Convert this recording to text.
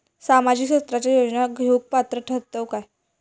सामाजिक क्षेत्राच्या योजना घेवुक पात्र ठरतव काय?